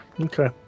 okay